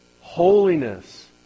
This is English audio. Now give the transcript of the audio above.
Holiness